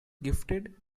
gifted